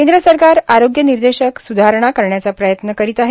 केंद्र सरकार आरोग्य निर्देशक सुधारणा करण्याचा प्रयत्न करीत आहेत